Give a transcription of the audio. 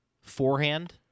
forehand